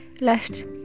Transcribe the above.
left